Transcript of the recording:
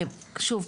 שוב,